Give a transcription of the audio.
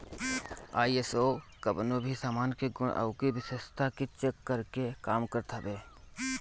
ISO कवनो भी सामान के गुण अउरी विशेषता के चेक करे के काम करत हवे